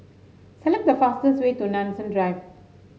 select the fastest way to Nanson Drive